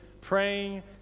praying